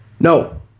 No